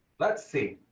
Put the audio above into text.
let's see,